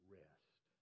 rest